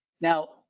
Now